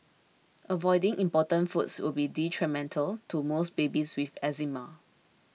avoiding important foods will be detrimental to most babies with eczema